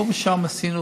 פה ושם עשינו